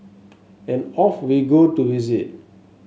and off we go to visit